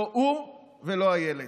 לא הוא ולא אילת.